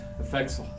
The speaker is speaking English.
affects